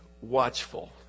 watchful